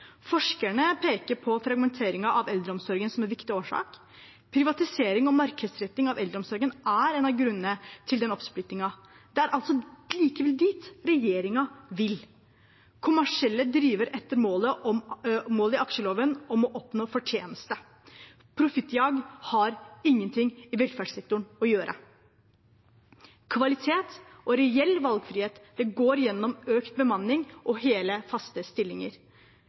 Forskerne peker på fragmenteringen av eldreomsorgen som en viktig årsak. Privatisering og markedsretting av eldreomsorgen er en av grunnene til den oppsplittingen. Det er likevel dit regjeringen vil. Kommersielle driver etter målet i aksjeloven om å oppnå fortjeneste. Profittjag har ingenting i velferdssektoren å gjøre. Kvalitet og reell valgfrihet går gjennom økt bemanning og hele, faste stillinger.